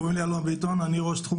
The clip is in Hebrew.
קוראים לי אלון ביטון ואני ראש תחום